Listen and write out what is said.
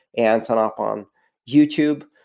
and aantonop on youtube.